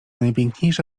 najpiękniejsza